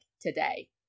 today